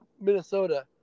Minnesota